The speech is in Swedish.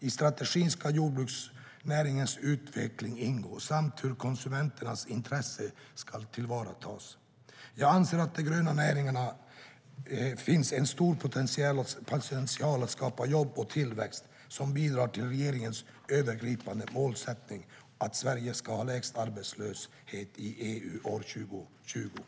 I strategin ska jordbruksnäringens utveckling ingå, liksom frågan om hur konsumenternas intressen ska tillvaratas.